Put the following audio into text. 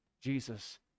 Jesus